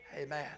Amen